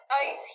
ice